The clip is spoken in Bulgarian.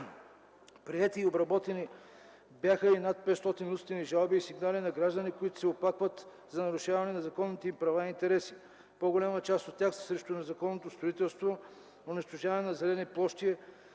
Приети и обработени бяха и над 500 устни жалби и сигнали на граждани, които се оплакват за нарушаване на законните им права и интереси. По-голямата част от тях са срещу незаконното строителство, унищожаване на зелени площи,